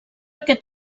aquest